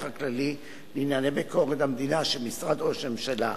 הכללי לענייני ביקורת המדינה שבמשרד ראש הממשלה,